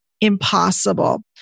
impossible